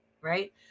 right